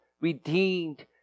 redeemed